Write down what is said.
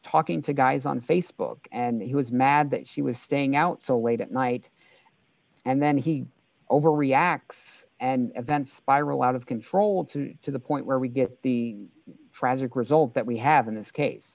talking to guys on facebook and he was mad that she was staying out so late at night and then he overreacts and events spiral out of control to the point where we get the tragic result that we have in this case